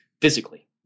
physically